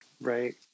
right